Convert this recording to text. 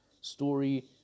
story